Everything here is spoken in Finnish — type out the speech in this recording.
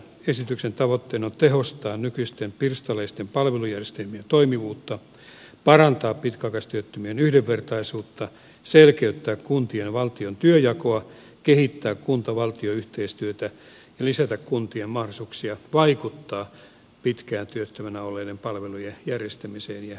esityksen tavoitteena on tehostaa nykyisten pirstaleisten palvelujärjestelmien toimivuutta parantaa pitkäaikaistyöttömien yhdenvertaisuutta selkeyttää kuntien ja valtion työnjakoa kehittää kuntavaltio yhteistyötä ja lisätä kuntien mahdollisuuksia vaikuttaa pitkään työttömänä olleiden palvelujen järjestämiseen ja työllistämiseen